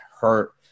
hurt